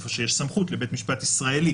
איפה שיש סמכות לבית משפט ישראלי,